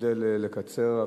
אשתדל לקצר,